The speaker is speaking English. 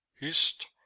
Hist